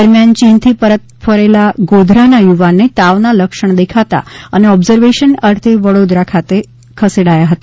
દરમિયાન ચીનથી પરત ફરેલા ગોધરાના યુવાનને તાવના લક્ષણ દેખાતા અને ઓબ્ઝર્વેશન અર્થે વડોદરા ખસેડાથો હતો